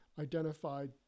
identified